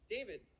David